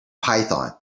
python